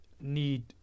need